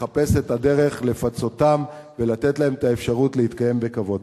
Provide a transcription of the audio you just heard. לחפש את הדרך לפצותם ולתת להם את האפשרות להתקיים בכבוד.